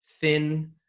thin